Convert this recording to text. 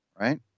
right